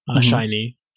shiny